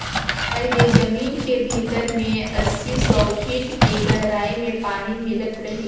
पहिले जमीन के भीतरी में अस्सी, सौ फीट के गहराई में पानी मिलत रिहिस